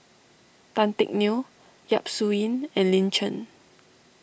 Tan Teck Neo Yap Su Yin and Lin Chen